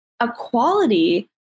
Equality